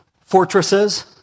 fortresses